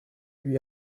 lui